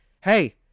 hey